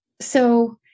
so-